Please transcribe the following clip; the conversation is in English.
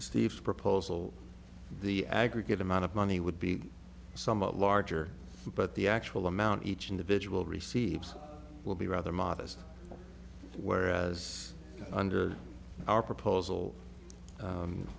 steve's proposal the aggregate amount of money would be somewhat larger but the actual amount each individual receives will be rather modest whereas under our proposal